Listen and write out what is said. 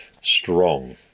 strong